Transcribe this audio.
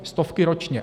Stovky ročně.